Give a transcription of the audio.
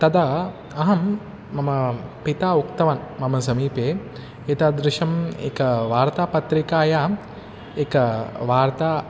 तदा अहं मम पिता उक्तवान् मम समीपे एतादृशम् एका वार्तापत्रिकायाम् एका वार्ता